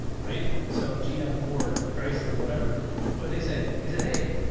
right? so gm, ford, chrysler, whatever, what'd they say? he said, hey,